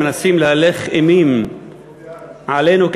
רציתי להגיד כמה מילים לאלה מביניכם שמנסים להלך אימים עלינו,